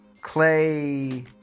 Clay